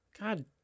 God